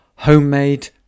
Homemade